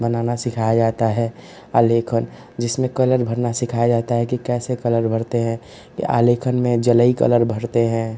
बनाना सिखाया जाता है आलेखन जिसमें कलर भरना सिखाया जाता है कि कैसे कलर भरते हैं आलेखन में जलई कलर भरते हैं